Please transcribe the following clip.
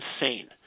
insane